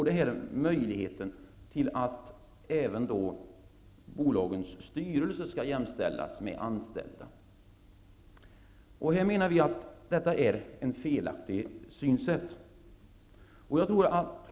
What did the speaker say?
Det gäller möjligheten att jämställa en bolagsstyrelse med de anställda. Vi menar att det är ett felaktigt synsätt.